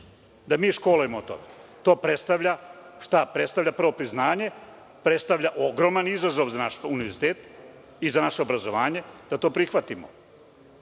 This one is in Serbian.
da mi školujemo. Šta to predstavalja? Predstavlja prvo priznanje. Predstavlja ogroman izazov za naš univerzitet i za naše obrazovanje da to prihvatimo.